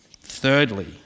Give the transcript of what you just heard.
Thirdly